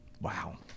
Wow